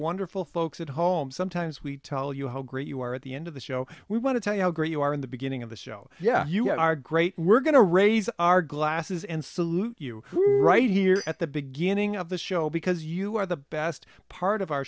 wonderful folks at home sometimes we tell you how great you are at the end of the show we want to tell you how great you are in the beginning of the show yeah you guys are great we're going to raise our glasses and salute you right here at the beginning of the show because you are the best part of our